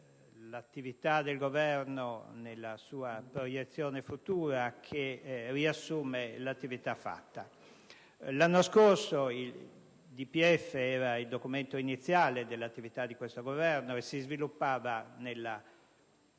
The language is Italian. l'attività del Governo nella sua proiezione futura e che riassume l'attività svolta. L'anno scorso il DPEF era il documento iniziale dell'attività di questo Governo e si sviluppava